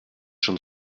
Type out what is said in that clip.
schon